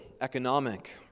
economic